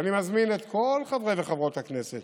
ואני מזמין את כל חברי וחברות הכנסת